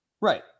Right